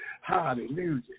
Hallelujah